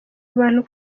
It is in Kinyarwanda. abantu